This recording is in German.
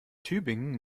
tübingen